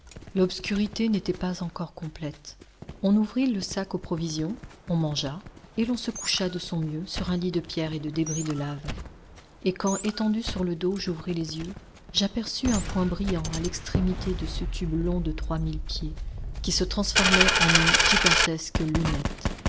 l'obscurité n'était pas encore complète on ouvrit le sac aux provisions on mangea et l'on se coucha de son mieux sur un lit de pierres et de débris de lave et quand étendu sur le dos j'ouvris les yeux j'aperçus un point brillant à l'extrémité de ce tube long de trois mille pieds qui se transformait en une gigantesque lunette